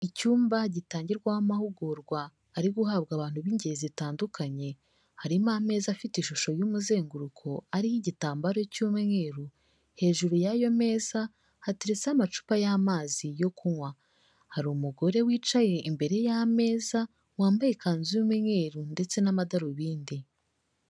Icyumba gitangirwamo amahugurwa, ari guhabwa abantu b'ingeri zitandukanye, harimo ameza afite ishusho y'umuzenguruko ariho igitambaro cy'umweru, hejuru y'ayo meza, hateretseho amacupa y'amazi yo kunywa. Hari umugore wicaye imbere y'ameza, wambaye ikanzu y'umweru ndetse n'amadarubindi.